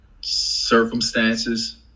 circumstances